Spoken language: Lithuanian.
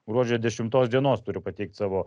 gruodžio dešimtos dienos turi pateikt savo